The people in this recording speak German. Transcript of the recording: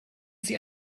sie